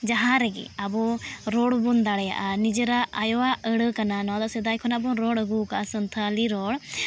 ᱡᱟᱦᱟᱸ ᱨᱮᱜᱮ ᱟᱵᱚ ᱨᱚᱲ ᱵᱚᱱ ᱫᱟᱲᱮᱭᱟᱜᱼᱟ ᱱᱤᱡᱮᱨᱟᱜ ᱟᱭᱳᱭᱟᱜ ᱟᱹᱲᱟ ᱠᱟᱱᱟ ᱱᱚᱣᱟ ᱫᱚ ᱥᱮᱫᱟᱭ ᱠᱷᱚᱱᱟᱜ ᱵᱚᱱ ᱨᱚᱲ ᱟᱹᱜᱩ ᱠᱟᱜᱼᱟ ᱥᱟᱱᱛᱷᱟᱞᱤ ᱨᱚᱲ